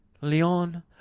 Leon